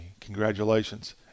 Congratulations